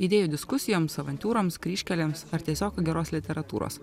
idėjų diskusijoms avantiūroms kryžkelėms ar tiesiog geros literatūros